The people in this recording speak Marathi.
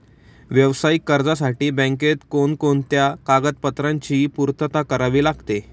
व्यावसायिक कर्जासाठी बँकेत कोणकोणत्या कागदपत्रांची पूर्तता करावी लागते?